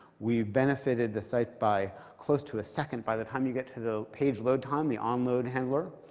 we've benefited the site by close to a second. by the time you get to the page load time, the onload handler,